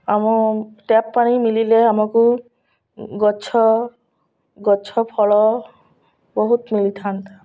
ଆମ ଟ୍ୟାପ୍ ପାଣି ମିଲିଲେ ଆମକୁ ଗଛ ଗଛ ଫଳ ବହୁତ ମଳିିଥାନ୍ତା